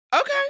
okay